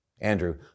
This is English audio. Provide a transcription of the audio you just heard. Andrew